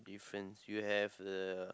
fence you have the